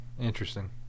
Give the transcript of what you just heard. Interesting